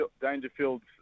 Dangerfield's